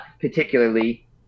particularly